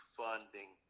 funding